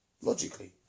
Logically